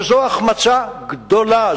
וזו החמצה גדולה.